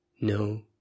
No